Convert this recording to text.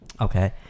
Okay